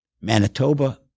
Manitoba